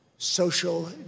social